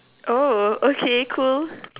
oh okay cool